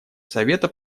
совета